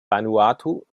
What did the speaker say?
vanuatu